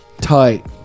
Tight